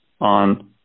on